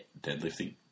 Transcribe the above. deadlifting